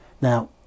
Now